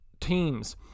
teams